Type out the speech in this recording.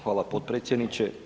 Hvala potpredsjedniče.